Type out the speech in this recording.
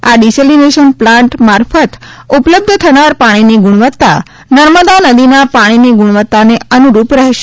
આ desalination plant મારફત ઉપલબ્ધ થનાર પાણીની ગુણવત્તા નર્મદા નદીના પાણીની ગુણવત્તાને અનુરૃપ રહેશે